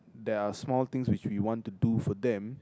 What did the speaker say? there are small things which we want to do for them